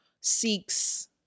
seeks